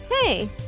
Hey